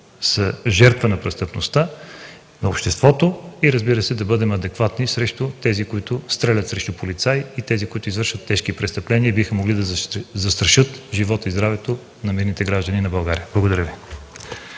са жертва на престъпността, да защитим обществото и, разбира се, да бъдем адекватни срещу тези, които стрелят срещу полицаи и тези, които извършват тежки престъпления и биха могли да застрашат живота и здравето на невинните граждани на България. Благодаря Ви.